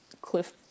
Cliff